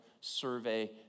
survey